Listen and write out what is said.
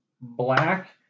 black